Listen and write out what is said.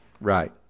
Right